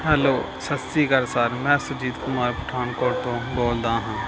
hello ਸਤਿ ਸ਼੍ਰੀ ਅਕਾਲ ਸਰ ਮੈਂ ਸੁਰਜੀਤ ਕੁਮਾਰ ਪਠਾਨਕੋਟ ਤੋਂ ਬੋਲਦਾ ਹਾਂ